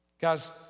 guys